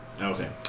Okay